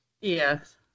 yes